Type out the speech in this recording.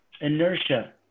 inertia